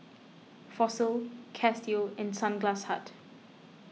Fossil Casio and Sunglass Hut